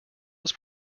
was